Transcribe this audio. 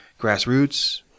grassroots